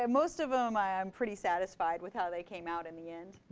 and most of them, i'm pretty satisfied with how they came out in the end.